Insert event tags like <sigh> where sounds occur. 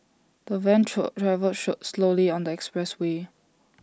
the van <unintelligible> travel should slowly on the expressway